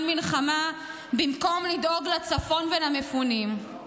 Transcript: מלחמה במקום לדאוג לצפון ולמפונים?